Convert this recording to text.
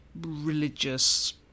religious